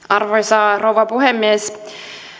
arvoisa rouva puhemies